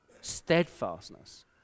steadfastness